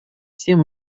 всем